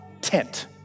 tent